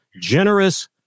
generous